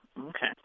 Okay